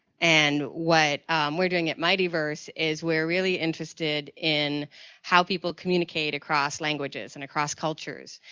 and what we're doing at mightyverse is we're really interested in how people communicate across languages and across cultures.